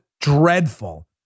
dreadful